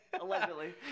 Allegedly